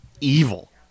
evil